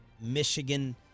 Michigan